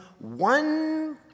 one